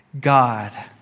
God